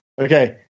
okay